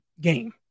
game